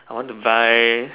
I want to buy